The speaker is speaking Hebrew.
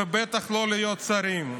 ובטח לא להיות שרים.